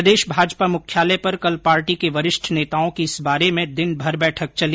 प्रदेश भाजपा मुख्यालय पर कल पार्टी के वरिष्ठ नेताओं की इस बारे में दिनभर बैठक चली